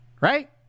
Right